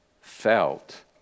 felt